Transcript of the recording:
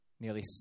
nearly